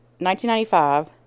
1995